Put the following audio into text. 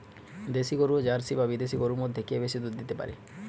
দেশী গরু এবং জার্সি বা বিদেশি গরু মধ্যে কে বেশি দুধ দিতে পারে?